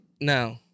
no